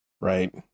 right